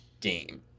game